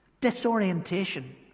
disorientation